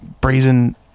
brazen